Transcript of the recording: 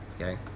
Okay